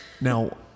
Now